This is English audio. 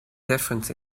difference